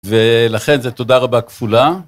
ולכן זה תודה רבה כפולה.